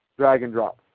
drag and drop.